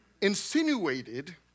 insinuated